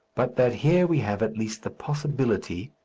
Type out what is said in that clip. but that here we have at least the possibility,